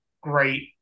great